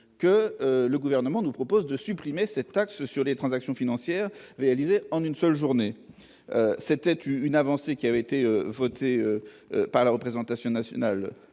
que le gouvernement nous propose de supprimer 7. Taxe sur les transactions financières réalisées en une seule journée, c'était une avancée qui avait été voté par la représentation nationale